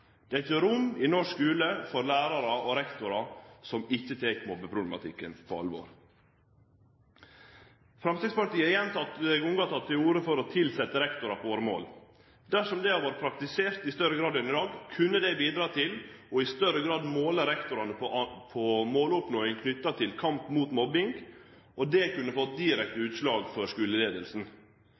Det er ikkje rom i norsk skule for lærarar og rektorar som ikkje tek mobbeproblematikken på alvor. Framstegspartiet har fleire gonger teke til orde for å tilsetje rektorar på åremål. Dersom det hadde vore praktisert i større grad enn i dag, kunne det ha bidrege til at ein i større grad kunne ha målt rektorane knytt til kampen mot mobbing. Det kunne fått direkte utslag for